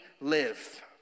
live